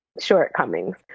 shortcomings